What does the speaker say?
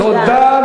תודה.